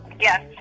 Yes